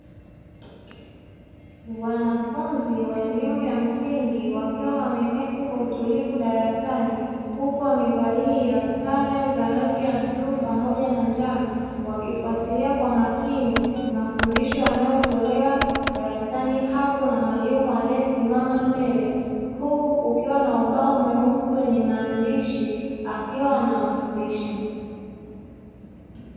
Wanafunzi wa elimu ya msingi wakiwa wameketi kwa utulivu darasani huku wamevalia sare za rangi ya bluu pamoja na njano, wakifuatilia kwa makini mafundisho yanayotolewa darasani hapo na mwalimu aliyesimama mbele, huku kukiwa na ubao mweusi wenye maandishi akiwa anawafundisha.